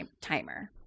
timer